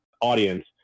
audience